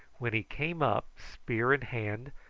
when he came up, spear in hand,